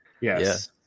yes